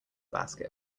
basket